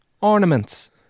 Ornaments